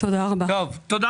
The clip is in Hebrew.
תודה רבה לכם.